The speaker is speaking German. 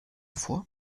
vor